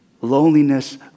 Loneliness